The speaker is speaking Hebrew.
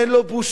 אין לו בושה,